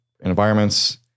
environments